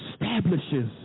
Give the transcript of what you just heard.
establishes